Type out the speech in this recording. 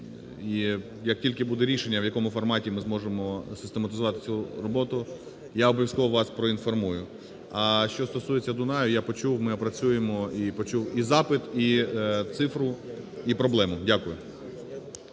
І як тільки буде рішення, в якому форматі ми зможемо систематизувати цю роботу, я обов'язково вас проінформую. А що стосується Дунаю, я почув, ми опрацюємо, і запит, і цифру, і проблему. Дякую.